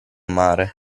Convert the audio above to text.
mare